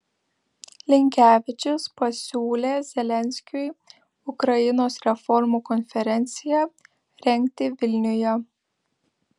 linkevičius pasiūlė zelenskiui ukrainos reformų konferenciją rengti vilniuje